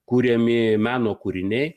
kuriami meno kūriniai